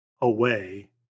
away